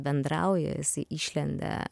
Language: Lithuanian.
bendrauji jisai išlenda